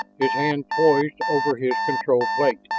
his hand poised over his control plate.